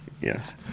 Yes